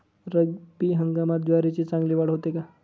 रब्बी हंगामात ज्वारीची चांगली वाढ होते का?